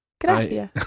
Gracias